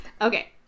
Okay